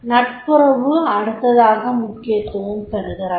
நட்புறவு அடுத்ததாக முக்கியத்துவம் பெறுகிறது